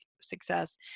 success